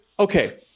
Okay